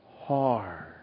hard